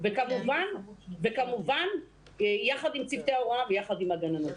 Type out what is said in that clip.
וכמובן יחד עם צוותי ההוראה ויחד עם הגננות.